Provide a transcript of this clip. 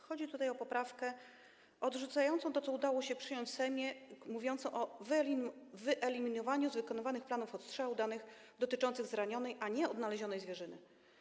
Chodzi o poprawkę odrzucającą to, co udało się przyjąć w Sejmie, mówiącą o wyeliminowaniu z wykonywanych planów odstrzałów danych dotyczących zranionej a nieodnalezionej zwierzyny.